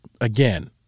again